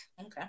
Okay